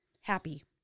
Happy